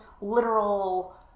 literal